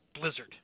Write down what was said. Blizzard